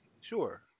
sure